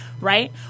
right